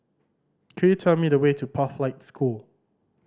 could you tell me the way to Pathlight School